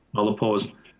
i'll opposed?